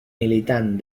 militant